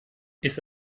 ist